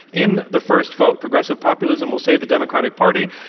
in the first vote, progressive populism will save the democratic party,